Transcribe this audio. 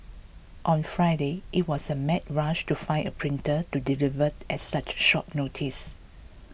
on Friday it was a mad rush to find a printer to deliver at such short notice